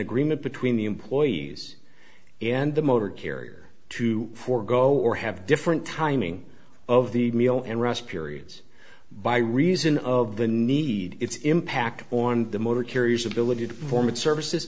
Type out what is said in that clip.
agreement between the employees and the motor carrier to forgo or have different timing of the meal and rest periods by reason of the need its impact on the motor curious ability to perform a service